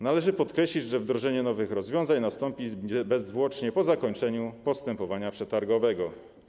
Należy podkreślić, że wdrożenie nowych rozwiązań nastąpi bezzwłocznie po zakończeniu postępowania przetargowego.